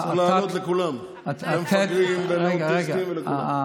צריך להעלות לכולם, למפגרים, לאוטיסטים ולכולם.